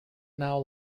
now